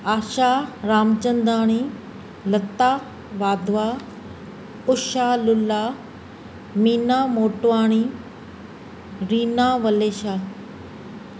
Asha Ramchandani Lata Wadhwa Usha Lula Meena Motwani Dina Walesha